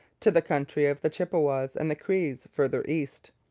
to the country of the chippewas and the crees farther east.